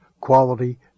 quality